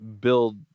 build